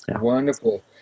Wonderful